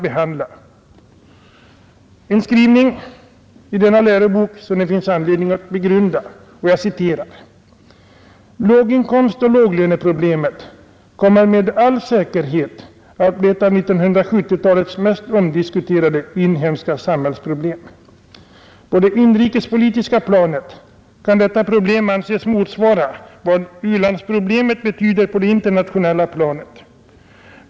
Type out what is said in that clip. Det är en skrivning som det finns all anledning att begrunda: ”Låginkomstoch låglöneproblemet kommer med all säkerhet att bli ett av 1970-talets mest omdiskuterade inhemska samhällsproblem. På det inrikespolitiska planet kan detta problem anses motsvara vad u-landsproblemet betyder på det internationella planet.